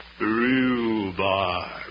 Rhubarb